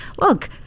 look